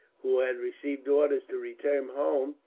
who had received orders to return home,